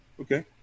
Okay